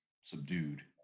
subdued